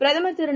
பிரதமர் திரு